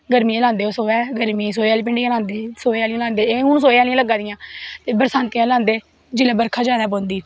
गर्मियैं च लांदे ओह् सोहै सोहे आह्लियां भिंडियां लांदे सोहे आह्लियां लांदे हून सोहे आह्लियां लग्गा दियां ते बरसांती आह्लियां लांदे जिसलै बर्खा पौंदी